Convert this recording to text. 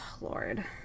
Lord